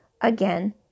again